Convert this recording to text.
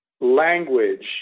language